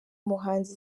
muhanzi